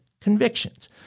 convictions